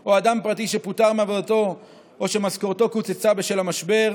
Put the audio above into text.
או באדם פרטי שפוטר מעבודתו או שמשכורתו קוצצה בשל המשבר.